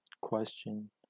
question